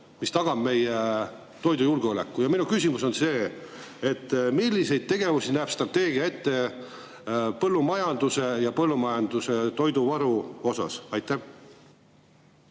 mis tagab meie toidujulgeoleku. Ja minu küsimus on see: milliseid tegevusi näeb strateegia ette põllumajanduse ja põllumajanduse toiduvaru osas? Aitäh,